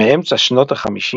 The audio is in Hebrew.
של המערב"